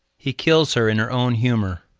he kills her in her own humour.